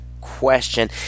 question